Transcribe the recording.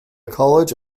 college